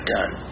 Done